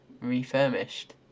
refurbished